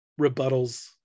rebuttals